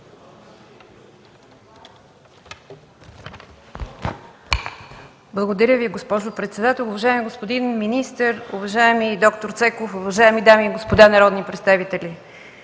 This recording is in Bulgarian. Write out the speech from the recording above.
Благодаря Ви, госпожо председател. Уважаеми господин министър, уважаеми д-р Цеков, уважаеми дами и господа народни представители!